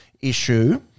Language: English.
issue